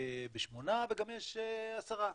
וגם יש עשרה.